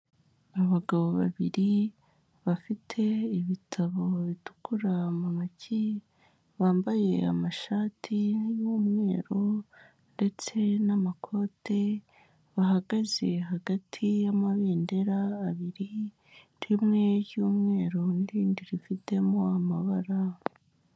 Abagabo babiri bafite ibitabo bitukura mu ntoki bambaye amashati y'umweru ndetse n'amakote bahagaze hagati y'amabendera abiri rimwe y'umweru n'irindi rifitemo amabara.